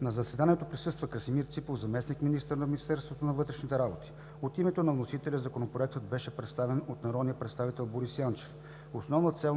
На заседанието присъства Красимир Ципов, заместник-министър на Министерството на вътрешните работи. От името на вносителя Законопроектът беше представен от народния представител Борис Ячев. Основна цел